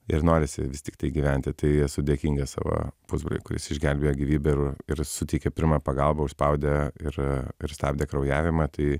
ir norisi vis tiktai gyventi tai esu dėkingas savo pusbroliui kuris išgelbėjo gyvybę ir ir suteikė pirmą pagalbą užspaudė ir ir stabdė kraujavimą tai